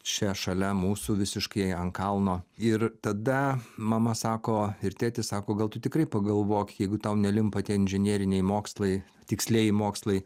čia šalia mūsų visiškai ant kalno ir tada mama sako ir tėtis sako gal tu tikrai pagalvok jeigu tau nelimpa tie inžineriniai mokslai tikslieji mokslai